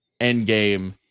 Endgame